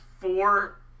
four